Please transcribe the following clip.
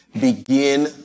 Begin